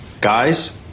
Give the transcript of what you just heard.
guys